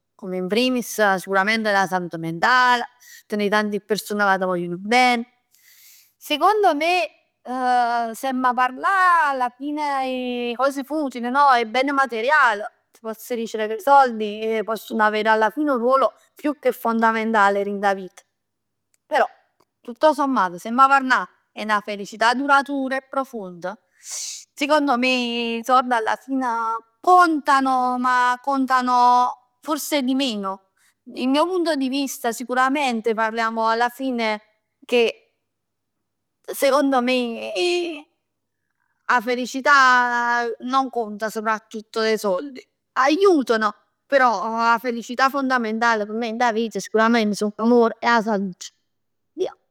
Come in primis sicurament 'a salute mentale, 'a tenè tanti persone ca t' vogliono ben. Secondo me se 'amma parlà alla fine, 'e cose futil no? 'E ben material, t' pozz dicere che 'e sord possono avere alla fine un ruolo più che fondamentale dint 'a vita. Però tutto sommato se 'amma parlà 'e 'na felicità duratura e profonda, sicond me 'e sord alla fine contano, ma contano forse di meno. Il mio punto di vista sicuramente parliamo alla fine che, secondo me 'a felicità non conta soprattutto dai soldi, aiutano però 'a felicità fondamentale p' me dint 'a vita song l'amore 'e 'a salut, via.